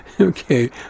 Okay